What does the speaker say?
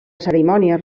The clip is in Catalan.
cerimònies